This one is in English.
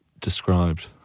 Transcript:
described